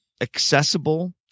accessible